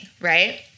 right